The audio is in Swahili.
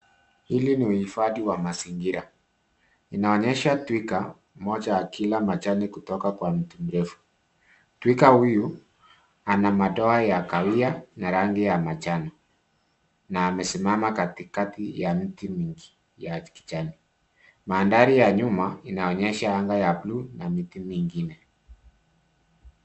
Hili ni uhifadhi wa mazingira. Inaonyesha twiga mmoja akila majani kutoka kwa mti mrefu. Twiga huyu ana madoa ya kahawia na rangi ya majani na amesimama katikati ya miti mingi ya kijani. Mandhari ya nyuma inaonyesha anga ya bluu na miti mingine.